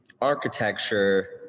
architecture